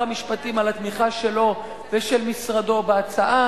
המשפטים על התמיכה שלו ושל משרדו בהצעה.